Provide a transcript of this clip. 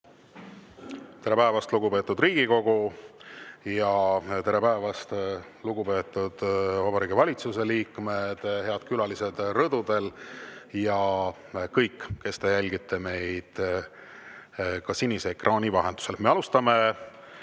Tere päevast, lugupeetud Riigikogu! Tere päevast, lugupeetud Vabariigi Valitsuse liikmed! Head külalised rõdudel ja kõik, kes te jälgite meid sinise ekraani vahendusel! Me alustame